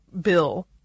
bill